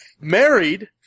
Married